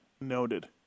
Noted